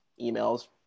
emails